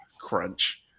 crunch